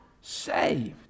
saved